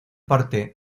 parte